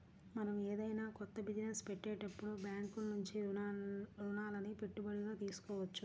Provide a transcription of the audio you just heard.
మనం ఏదైనా కొత్త బిజినెస్ పెట్టేటప్పుడు బ్యేంకుల నుంచి రుణాలని పెట్టుబడిగా తీసుకోవచ్చు